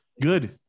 good